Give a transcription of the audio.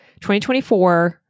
2024